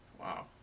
Wow